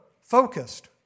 focused